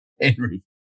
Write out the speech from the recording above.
Henry